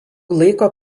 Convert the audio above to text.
laiko